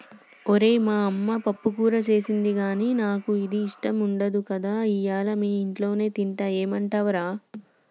ఓరై మా యమ్మ పప్పుకూర సేసింది గానీ నాకు అది ఇష్టం ఉండదు కదా ఇయ్యల మీ ఇంట్లోనే తింటా ఏమంటవ్ రా